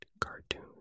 cartoon